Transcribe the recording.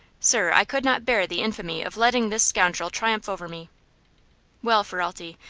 sir, i could not bear the infamy of letting this scoundrel triumph over me well, ferralti,